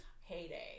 heyday